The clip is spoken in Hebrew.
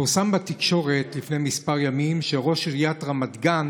פורסם בתקשורת לפני כמה ימים שראש עיריית רמת גן